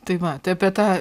tai va tai apie tą